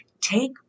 Take